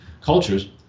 cultures